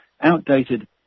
outdated